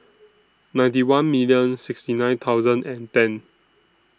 ninety one million sixty nine thousand and ten